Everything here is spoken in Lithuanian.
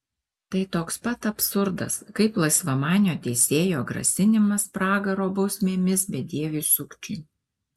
tai toks pat absurdas kaip laisvamanio teisėjo grasinimas pragaro bausmėmis bedieviui sukčiui